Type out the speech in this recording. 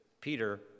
Peter